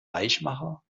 weichmacher